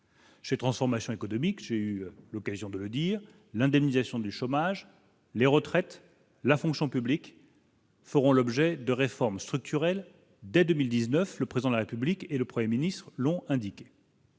Ces transformations économiques, j'ai eu l'occasion de le dire, l'indemnisation du chômage, les retraites, la fonction publique. Feront l'objet de réformes structurelles dès 2019, le président de la République et le 1er ministre l'ont indiqué.